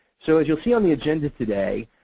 so as you'll see on the agenda today,